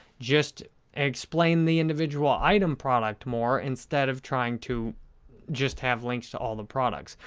just explain the individual item product more instead of trying to just have links to all the products.